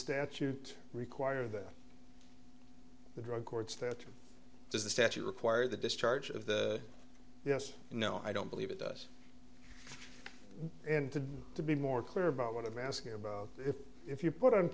statute require that the drug courts that does the statute require the discharge of the yes and no i don't believe it does and to be more clear about what i'm asking about if if you put on